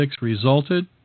resulted